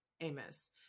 Amos